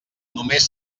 només